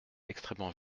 extrêmement